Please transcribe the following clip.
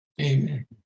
Amen